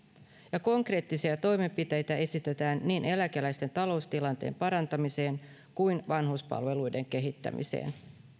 konkreettisia toimenpiteitä esitetään niin eläkeläisten taloustilanteen parantamiseen kuin vanhuspalveluiden kehittämiseen